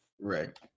right